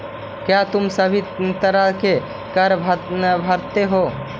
क्या तुम सभी तरह के कर भरते हो?